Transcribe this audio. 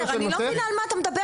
אני לא מבינה על מה אתה מדבר.